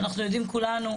שאנחנו יודעים כולנו,